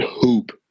hoop